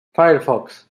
firefox